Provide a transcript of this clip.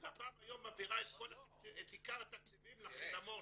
לפ"מ היום מעבירה את עיקר התקציבים לחינמון,